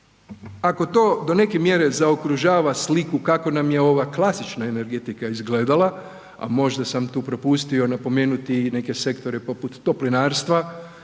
Ako to do neke mjere zaokružava sliku kako nam je ova klasična energetika izgledala, a možda sam tu propustio napomenuti i neke sektore poput Toplinarstva